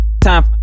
time